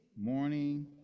morning